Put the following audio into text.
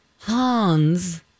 Hans